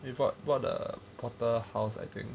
what what the proper house I think